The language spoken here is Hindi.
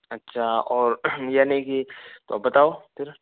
अच्छा और यानि कि तो बताओ फिर